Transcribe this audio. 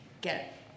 get